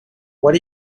what